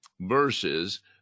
verses